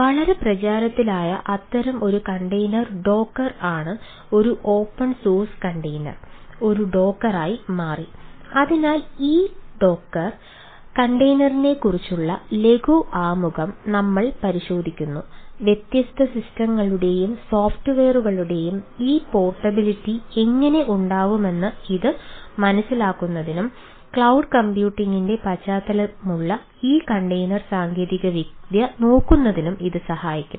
വളരെ പ്രചാരത്തിലായ അത്തരം ഒരു കണ്ടെയ്നർ സാങ്കേതികവിദ്യ നോക്കുന്നതിനും ഇത് സഹായിക്കും